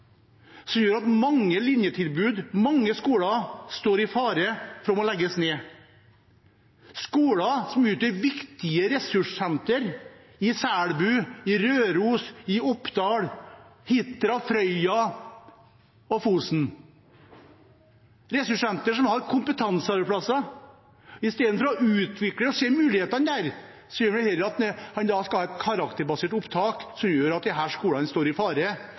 som gjør at mange linjetilbud og mange skoler står i fare for å måtte legges ned – skoler som utgjør viktige ressurssentre i Selbu, Røros, Oppdal, Hitra, Frøya og Fosen, ressurssentre som har kompetansearbeidsplasser. I stedet for å utvikle og se mulighetene der vil man heller ha et karakterbasert opptak, som gjør at disse skolene står i fare,